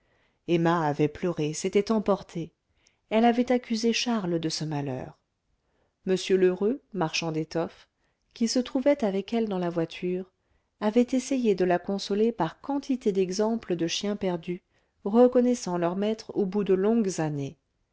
emma avait pleuré s'était emportée elle avait accusé charles de ce malheur m lheureux marchand d'étoffes qui se trouvait avec elle dans la voiture avait essayé de la consoler par quantité d'exemples de chiens perdus reconnaissant leur maître au bout de longues années